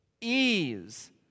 ease